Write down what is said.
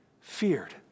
feared